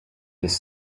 this